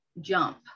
jump